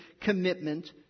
commitment